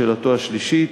שאלתו השלישית,